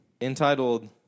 entitled